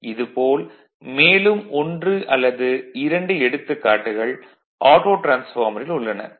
இது போல் மேலும் ஒன்று அல்லது இரண்டு எடுத்துக்காட்டுகள் ஆட்டோ டிரான்ஸ்பார்மரில் உள்ளன